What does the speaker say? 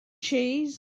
cheese